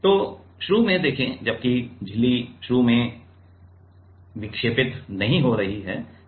तो शुरू में देखें जबकि झिल्ली शुरू में जबकि झिल्ली विक्षेपित नहीं हो रही है